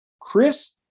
Chris